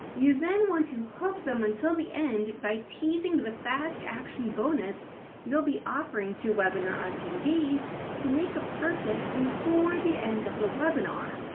you then want to hook them until the end by teasing the fast action bonus you'll be offering to webinar attendees who make a purchase before the end of the webinar.